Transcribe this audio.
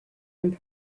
and